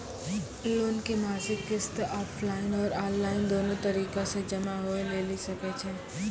Loan के मासिक किस्त ऑफलाइन और ऑनलाइन दोनो तरीका से जमा होय लेली सकै छै?